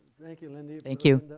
thank you linda. thank you.